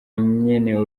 nyene